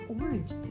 orange